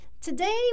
Today